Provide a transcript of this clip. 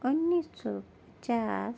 انیس سو پچاس